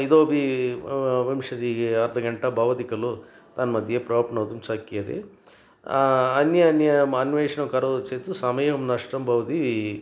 इतोपि विंशतिः गेय अर्धघण्टा भवति खलु तन्मध्ये प्राप्तुं शक्यते अन्यम् अन्यम् अन्वेषणं करोति चेत् समयं नष्टं भवति